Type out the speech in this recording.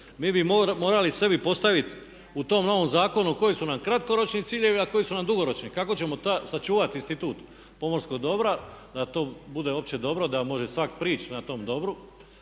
Mi bi morali sebi postaviti u tom novom zakonu koji su nam kratkoročni ciljevi, a koji su nam dugoročni. Kako ćemo taj sačuvati institut pomorskog dobra da to bude opće dobro, da može svak prići tom dobru.